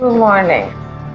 morning.